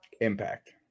Impact